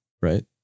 right